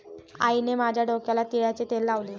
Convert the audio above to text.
आईने माझ्या डोक्याला तिळाचे तेल लावले